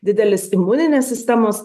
didelis imuninės sistemos